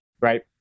right